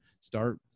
start